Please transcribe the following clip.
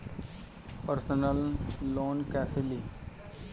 Personal loan कैसे ली?